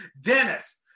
Dennis